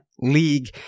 league